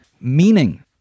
meaning